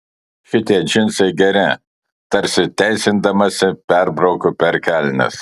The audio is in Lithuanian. šitie džinsai geri tarsi teisindamasi perbraukiu per kelnes